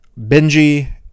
Benji